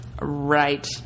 Right